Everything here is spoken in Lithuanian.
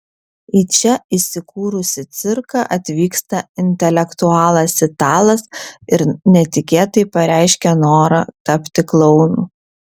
į čia įsikūrusį cirką atvyksta intelektualas italas ir netikėtai pareiškia norą tapti klounu